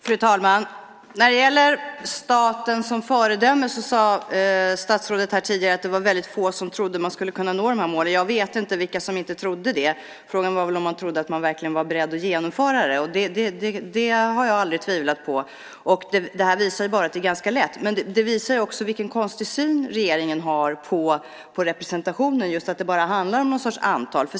Fru talman! När det gäller staten som föredöme sade statsrådet tidigare att det var väldigt få som trodde att man skulle kunna nå målen. Jag vet inte vilka som inte trodde det. Frågan var väl om man trodde att man verkligen var beredd att genomföra det. Det har jag aldrig tvivlat på. Det visar bara att det är ganska lätt. Men det visar också vilken konstig syn regeringen har på representationen. Det handlar bara om någon sorts antal.